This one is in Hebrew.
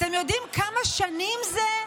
אתם יודעים כמה שנים זה,